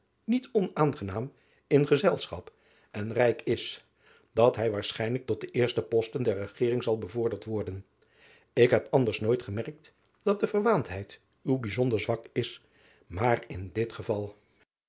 niet onaangenaam in gezelschap en rijk is dat hij waarschijnlijk tot de eerste posten der regering zal bevorderd warden k heb anders nooit gemerkt driaan oosjes zn et leven van aurits ijnslager dat de verwaandheid uw bijzonder zwak is maar in dit geval